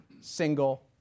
single